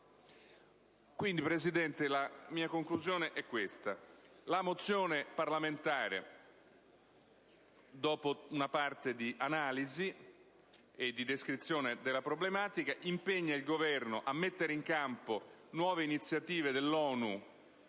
di quanto detto, la mozione n. 406, dopo una parte di analisi e di descrizione della problematica, impegna il Governo: a mettere in campo nuove iniziative dell'ONU